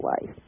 life